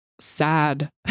sad